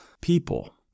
people